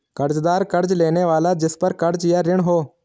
कर्ज़दार कर्ज़ लेने वाला जिसपर कर्ज़ या ऋण हो